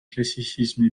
classicisme